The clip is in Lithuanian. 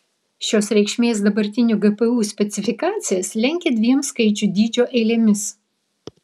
šios reikšmės dabartinių gpu specifikacijas lenkia dviem skaičių dydžio eilėmis